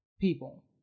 people